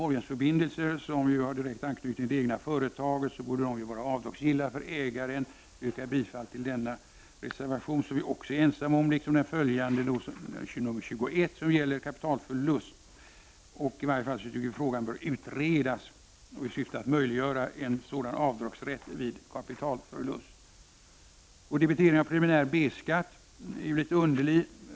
Borgensförbindelser som har direkt anknytning till det egna företaget borde ju vara avdragsgilla för ägaren. Jag yrkar bifall till reservationen, som moderaterna är ensamma om. Reservation 21, som gäller kapitalförlust vid konkurs, är moderaterna också ensamma om. Vi anser att frågan åtminstone bör utredas, och vi önskar också förslag om rätt till avdrag vid kapitalförlust. Debiteringen av preliminär B-skatt är ju litet underlig.